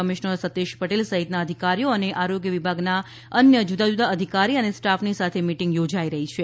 commissioner Satish Patel સહિતના અધિકારીઓ અને આરોગ્ય વિભાગના અન્ય જુદા જુદા અધિકારી અને સ્ટાફની સાથે મિટિંગ યોજાઈ રહી છે